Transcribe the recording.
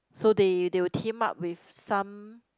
so they they will team up with some